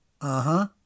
Uh-huh